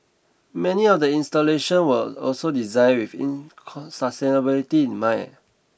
many of the installations were also designed within sustainability in mind